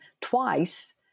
twice